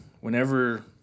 Whenever